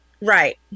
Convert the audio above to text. Right